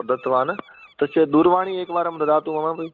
प्रदत्तवान् तस्य दूरवाणी एकवारं ददातु ममापि